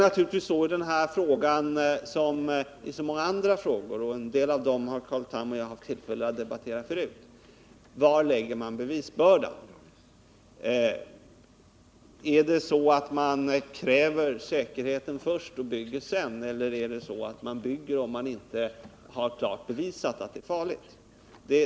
Problemet i denna fråga som i så många andra frågor — en del av dem har Carl Tham och jag haft tillfälle att debattera förut — är naturligtvis var man skall lägga bevisbördan. Är det så att man kräver säkerheten först och bygger sedan, eller bygger man om det inte är klart bevisat att det är farligt?